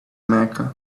mecca